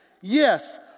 yes